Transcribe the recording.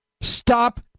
Stop